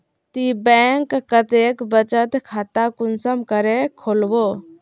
ती बैंक कतेक बचत खाता कुंसम करे खोलबो?